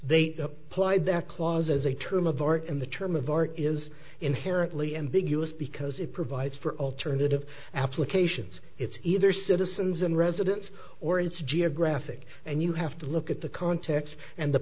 that clause as a term of art and the term of art is inherently ambiguous because it provides for alternative applications it's either citizens and residents or it's geographic and you have to look at the context and the